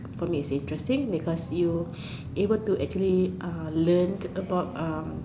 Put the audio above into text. for me is interesting because you able to actually uh learn about um